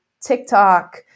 TikTok